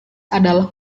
adalah